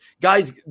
Guys